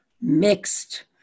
mixed